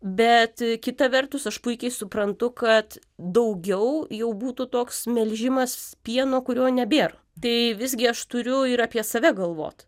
bet kita vertus aš puikiai suprantu kad daugiau jau būtų toks melžimas pieno kurio nebėr tai visgi aš turiu ir apie save galvot